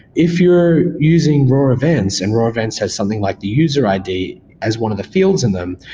if you're using raw events, and raw events has something like the user i d. as one of the fields in them.